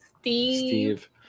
Steve